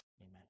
amen